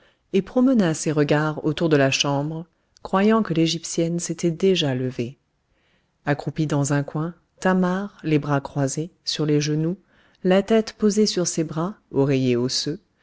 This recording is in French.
et promena ses regards autour de la chambre croyant que l'égyptienne s'était déjà levée accroupie dans un coin thamar les bras croisés sur les genoux la tête posée sur ses bras oreiller osseux